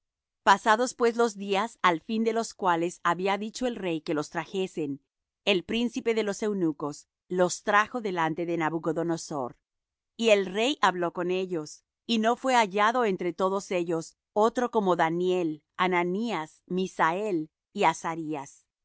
pasados pues los días al fin de los cuales había dicho el rey que los trajesen el príncipe de los eunucos los trajo delante de nabucodonosor y el rey habló con ellos y no fué hallado entre todos ellos otro como daniel ananías misael